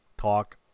talk